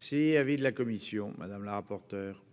S'il y avait de la commission madame la rapporteure.